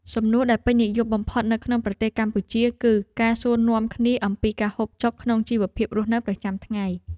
សំណួរដែលពេញនិយមបំផុតនៅក្នុងប្រទេសកម្ពុជា គឺការសួរនាំគ្នាអំពីការហូបចុកក្នុងជីវភាពរស់នៅប្រចាំថ្ងៃ។